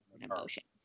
emotions